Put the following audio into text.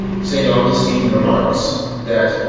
st. augustine remarks that,